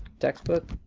textbook,